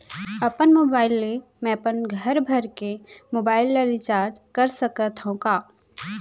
अपन मोबाइल ले मैं अपन घरभर के मोबाइल ला रिचार्ज कर सकत हव का?